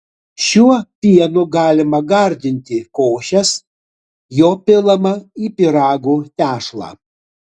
šiuo pienu galima gardinti košes jo pilama į pyragų tešlą